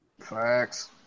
Facts